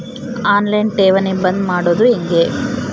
On line ಠೇವಣಿ ಬಂದ್ ಮಾಡೋದು ಹೆಂಗೆ?